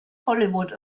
hollywood